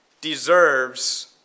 deserves